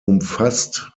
umfasst